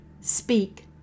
Speak